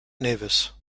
nevis